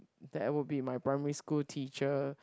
that would be my primary school teacher